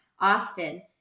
Austin